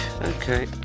Okay